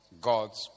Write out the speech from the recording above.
God's